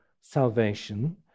salvation